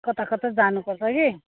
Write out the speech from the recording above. कता कता जानु पर्छ कि